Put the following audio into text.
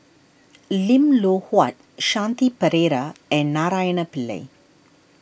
Lim Loh Huat Shanti Pereira and Naraina Pillai